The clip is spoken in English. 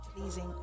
pleasing